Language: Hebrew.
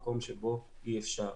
במקום שבו אי אפשר,